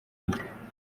inda